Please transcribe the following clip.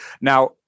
Now